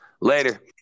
Later